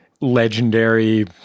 legendary